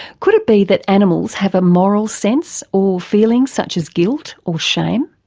could it be that animals have a moral sense, or feelings such as guilt or shame?